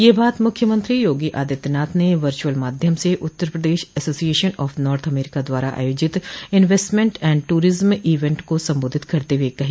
यह बात मुख्यमंत्री योगी आदित्यनाथ ने वर्चुअल माध्यम से Uttar Pradesh association of North America द्वारा आयोजित इंवेस्टमेंट एण्ड टूरिज्म ईवेंट को संबोधित करते हुए कही